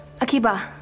Akiba